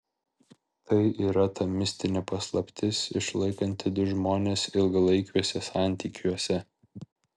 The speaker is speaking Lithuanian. tai yra ta mistinė paslaptis išlaikanti du žmones ilgalaikiuose santykiuose